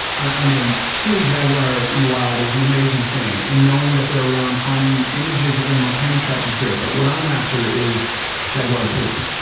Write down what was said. i mean, seeing a jaguar in the wild is an amazing thing, and knowing that they're around, finding images of them on camera traps is great, but what i'm after is jaguar poop.